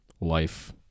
life